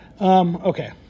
Okay